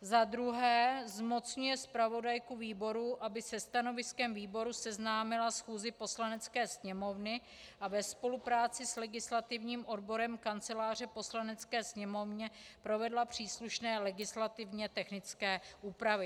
Za druhé zmocňuje zpravodajku výboru, aby se stanoviskem výboru seznámila schůzi Poslanecké sněmovny a ve spolupráci s legislativním odborem Kanceláře Poslanecké sněmovny provedla příslušné legislativně technické úpravy.